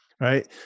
right